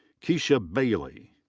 keisha bailey.